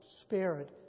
Spirit